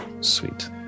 Sweet